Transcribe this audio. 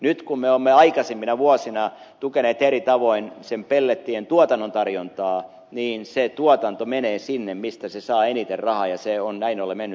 nyt kun me olemme aikaisempina vuosina tukeneet eri tavoin pellettien tuotannon tarjontaa niin se tuotanto menee sinne mistä se saa eniten rahaa ja se on näin ollen mennyt suomen rajojen ulkopuolelle